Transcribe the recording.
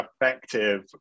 effective